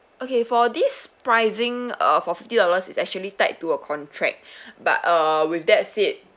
okay for this pricing uh for fifty dollar it's actually tied to a contract but uh with that said